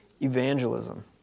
evangelism